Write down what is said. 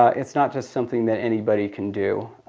ah it's not just something that anybody can do.